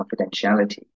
confidentiality